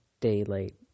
daylight